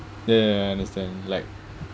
ya I understand like